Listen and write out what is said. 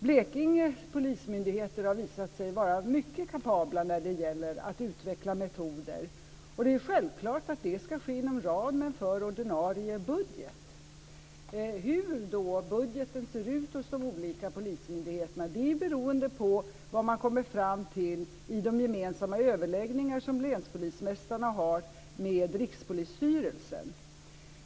Blekinge polismyndigheter har visat sig vara mycket kapabla när det gäller att utveckla metoder, och det är självklart att det ska ske inom ramen för ordinarie budget. Hur budgeten ser ut hos de olika polismyndigheterna är beroende på vad man kommer fram till i de gemensamma överläggningar som länspolismästarna har med Rikspolisstyrelsen.